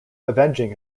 avenging